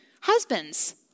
Husbands